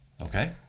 Okay